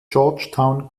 georgetown